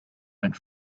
went